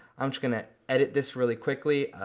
i'm just gonna edit this really quickly.